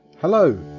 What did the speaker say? Hello